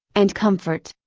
and comfort.